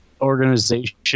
organization